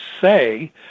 say